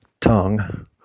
tongue